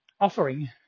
offering